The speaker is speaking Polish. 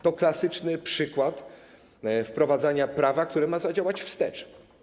To klasyczny przykład wprowadzania prawa, które ma zadziałać wstecz.